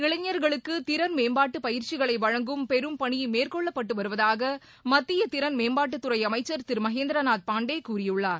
இளைஞர்களுக்கு திறன்மேம்பாட்டு பயிற்சிகளை வழங்கும் பெரும் பணி மேற்கொள்ளப்பட்டு வருவதாக மத்திய திறன் மேம்பாட்டுத்துறை அமைச்சர் திரு மகேந்திரநாத் பாண்டே கூறியுள்ளார்